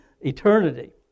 eternity